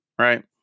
Right